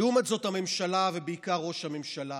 לעומת זאת הממשלה, בעיקר ראש הממשלה